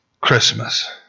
Christmas